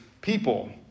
people